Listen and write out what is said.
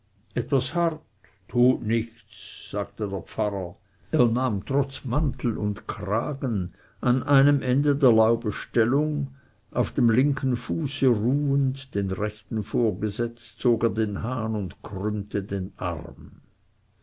etwas hart tut nichts sagte der pfarrer er nahm trotz mantel und kragen am einen ende der laube stellung auf dem linken fuße ruhend den rechten vorgesetzt zog er den hahn und krümmte den arm